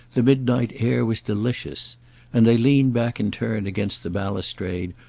the midnight air was delicious and they leaned back in turn against the balustrade,